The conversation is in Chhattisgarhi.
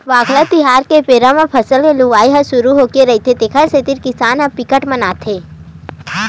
वांगला तिहार के बेरा म फसल के लुवई ह सुरू होगे रहिथे तेखर सेती किसान ह बिकट मानथे